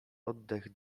oddech